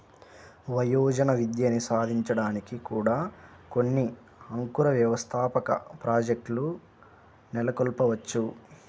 వయోజన విద్యని సాధించడానికి కూడా కొన్ని అంకుర వ్యవస్థాపక ప్రాజెక్ట్లు నెలకొల్పవచ్చు